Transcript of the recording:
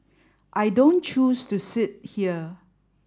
I don't choose to sit here